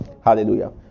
Hallelujah